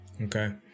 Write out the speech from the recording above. Okay